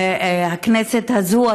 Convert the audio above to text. הכנסת הזאת,